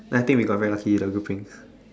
then I think we got very lucky with the groupings